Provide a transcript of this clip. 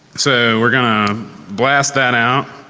so we are going to blast that out.